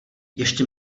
ještě